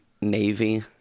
Navy